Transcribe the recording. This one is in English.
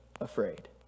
afraid